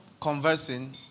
conversing